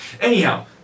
anyhow